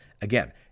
Again